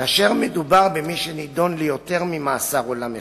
כאשר מדובר במי שנידון ליותר ממאסר עולם אחד,